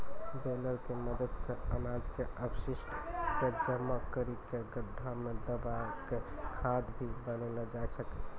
baler के मदद सॅ अनाज के अपशिष्ट क जमा करी कॅ गड्ढा मॅ दबाय क खाद भी बनैलो जाय छै